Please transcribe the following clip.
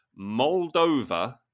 Moldova